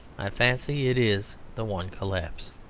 i fancy it is the one collapse.